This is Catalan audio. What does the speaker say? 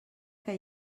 que